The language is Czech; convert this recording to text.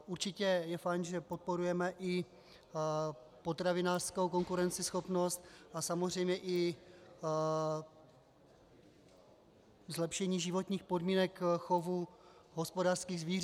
Určitě je fajn, že podporujeme i potravinářskou konkurenceschopnost a samozřejmě i zlepšení životních podmínek chovu hospodářských zvířat.